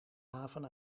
haven